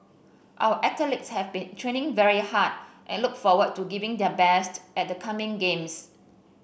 our athletes have been training very hard and look forward to giving their best at the coming games